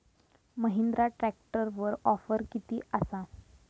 महिंद्रा ट्रॅकटरवर ऑफर किती आसा?